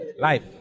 Life